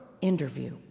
interview